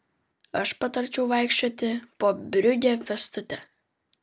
aš patarčiau vaikščioti po briugę pėstute